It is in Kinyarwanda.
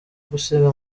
gusiga